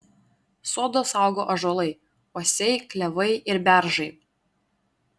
sodą saugo ąžuolai uosiai klevai ir beržai